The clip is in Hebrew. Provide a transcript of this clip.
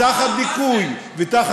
ותחת דיכוי, אבל אתם לא עם, באסל.